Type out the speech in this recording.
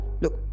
Look